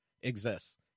exists